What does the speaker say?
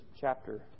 chapter